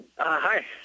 Hi